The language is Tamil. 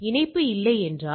இணைப்பு இல்லை என்றால்